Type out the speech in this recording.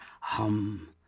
hum